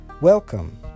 Welcome